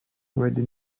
already